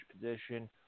position